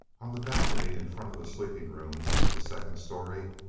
on the balcony in front of the sleeping rooms of the second story,